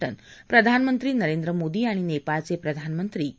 ज्ञ प्रधानमंत्री नरेंद्र मोदी आणि नेपाळचे प्रधानमंत्री के